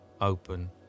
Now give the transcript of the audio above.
open